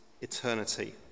eternity